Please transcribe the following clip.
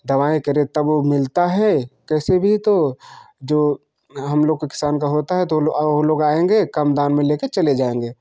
दवाएँ करें तब वह मिलता है कैसे भी तो जो हम लोग को किसान का होता है और वह लोग आएँगे कम दाम में लेकर चले जाएँगे